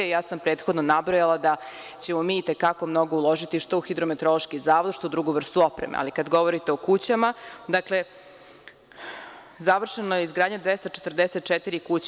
Ja sam prethodno nabrojala da ćemo mi i te kako mnogo uložiti što u Hidrometeorološki zavod, što u drugu vrstu opreme, ali kada govorite o kućama, završena je izgradnja 244 kuće.